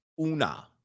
Una